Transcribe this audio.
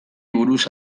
buruz